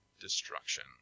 destruction